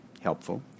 helpful